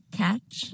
catch